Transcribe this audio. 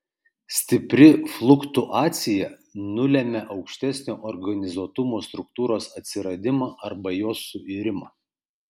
stipri fluktuacija nulemia aukštesnio organizuotumo struktūros atsiradimą arba jos suirimą